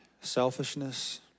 selfishness